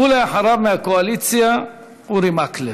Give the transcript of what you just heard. אחריו, מהקואליציה, אורי מקלב.